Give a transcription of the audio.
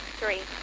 three